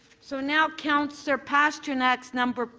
so now councillor pasternak's number but